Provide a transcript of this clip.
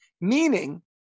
meaning